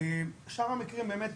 שם המקרים באמת